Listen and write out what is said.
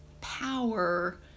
power